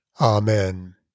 Amen